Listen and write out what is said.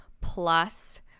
plus